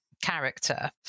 character